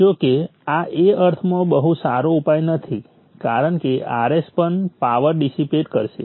જો કે આ એ અર્થમાં બહુ સારો ઉપાય નથી કારણ કે Rs પણ પાવર ડિસીપેટ કરશે